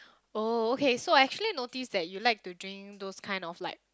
oh okay so I actually notice that you like to drink those kind of like